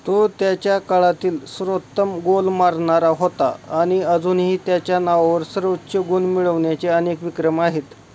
तो त्याच्या काळातील सर्वोत्तम गोल मारणारा होता आणि अजूनही त्याच्या नावावर सर्वोच्च गुण मिळवण्याचे अनेक विक्रम आहेत